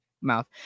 mouth